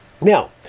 Now